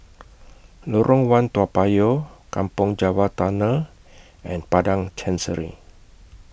Lorong one Toa Payoh Kampong Java Tunnel and Padang Chancery